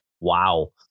Wow